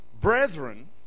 brethren